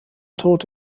tod